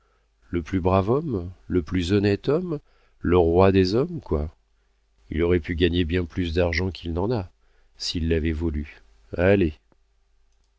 le plus brave homme le plus honnête homme le roi des hommes quoi il aurait pu gagner bien plus d'argent qu'il n'en a s'il l'avait voulu